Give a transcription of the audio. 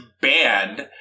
banned